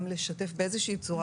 גם לשתף באיזושהי צורה,